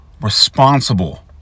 responsible